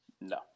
No